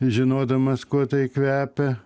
žinodamas kuo tai kvepia